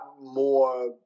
more